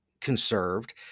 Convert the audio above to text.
conserved